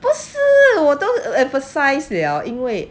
不是我都 emphasise liao 因为